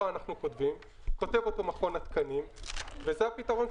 אנחנו כותבים אלא מכון התקנים וזה הפתרון לזה.